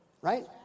right